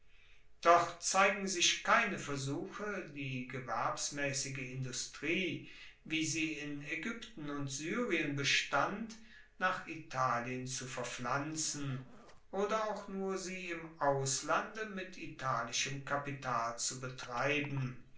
doch zeigen sich keine versuche die gewerbsmaessige industrie wie sie in aegypten und syrien bestand nach italien zu verpflanzen oder auch nur sie im auslande mit italischem kapital zu betreiben